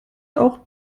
auch